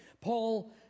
Paul